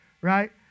right